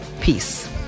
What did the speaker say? Peace